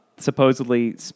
supposedly